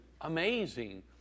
amazing